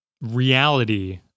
reality